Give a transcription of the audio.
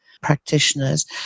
practitioners